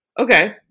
okay